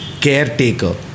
caretaker